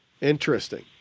Interesting